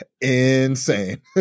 insane